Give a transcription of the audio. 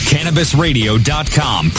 CannabisRadio.com